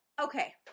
okay